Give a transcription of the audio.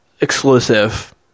exclusive